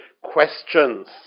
questions